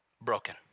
broken